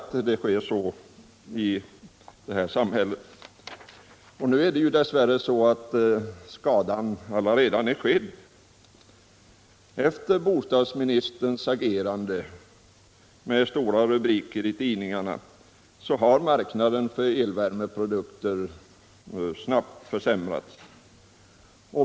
Dess värre är skadan allaredan skedd. Efter bostadsministerns agerande — med stora rubriker i tidningarna — har marknaden för elvärmeprodukter snabbt försämrats.